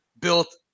built